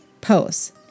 posts